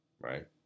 Right